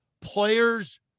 players